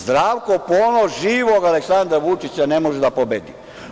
Zdravko Ponoš živog Aleksandra Vučića ne može da pobedi.